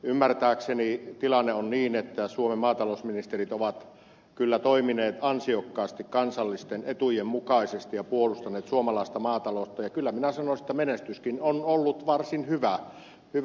ymmärtääkseni tilanne on niin että suomen maatalousministerit ovat kyllä toimineet ansiokkaasti kansallisten etujen mukaisesti ja puolustaneet suomalaista maataloutta ja kyllä minä sanoisin että menestyskin on ollut varsin hyvä